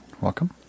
Welcome